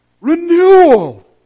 renewal